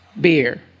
beer